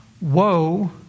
Woe